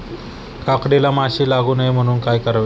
काकडीला माशी लागू नये म्हणून काय करावे?